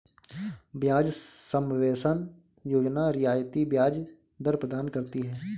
ब्याज सबवेंशन योजना रियायती ब्याज दर प्रदान करती है